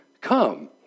come